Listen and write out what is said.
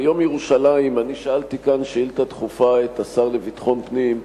ביום ירושלים אני שאלתי כאן שאילתא דחופה את השר לביטחון פנים,